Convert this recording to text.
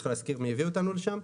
צריך להזכיר מי הביא אותנו לשם,